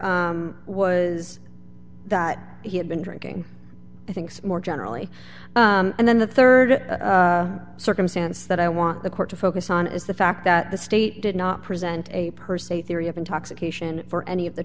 officer was that he had been drinking i think more generally and then the rd circumstance that i want the court to focus on is the fact that the state did not present a per se theory of intoxication for any of the